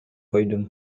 койдум